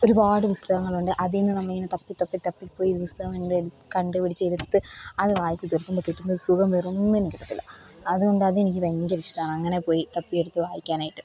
ഒരുപാട് പുസ്തകങ്ങളുണ്ട് അതില്നിന്ന് നമ്മളിങ്ങനെ തപ്പി തപ്പി തപ്പിപ്പോയി ഒരു പുസ്തകം കണ്ടെട് കണ്ടുപിടിച്ച് എടുത്ത് അത് വായിച്ച് തീർക്കുമ്പോള് കിട്ടുന്നൊരു സുഖം വേറൊന്നിനും കിട്ടത്തില്ല അതുകൊണ്ട് അതെനിക്ക് ഭയങ്കര ഇഷ്ടമാണ് അങ്ങനെ പോയി തപ്പിയെടുത്ത് വായിക്കാനായിട്ട്